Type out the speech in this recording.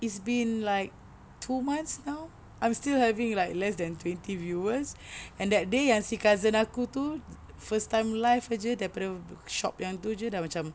it's been like two months now I'm still having like less than twenty viewers and that day yang si cousin aku tu first time live jer daripada shop yang tu jer dah macam